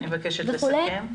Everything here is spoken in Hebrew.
אני מבקשת לסכם.